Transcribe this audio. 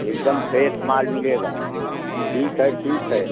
एकदम फ्रेस माल मिलेगा ठीक है ठीक है